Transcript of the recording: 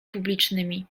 publicznymi